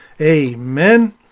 Amen